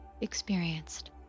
experienced